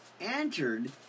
entered